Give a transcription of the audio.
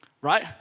right